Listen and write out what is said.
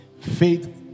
faith